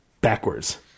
backwards